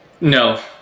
no